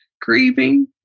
grieving